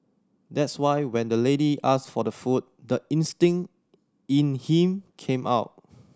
that's why when the lady asked for the food the instinct in him came out